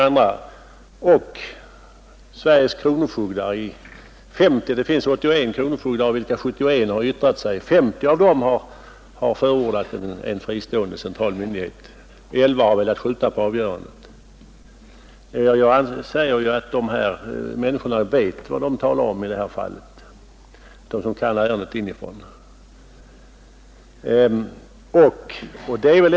Vidare finns i Sverige 81 kronofogdar, av vilka 71 har yttrat sig; 50 av dem har förordat en fristående central myndighet och 11 har velat skjuta på avgörandet. Jag anser att dessa människor, som kan ärendet inifrån, vet vad de talar om.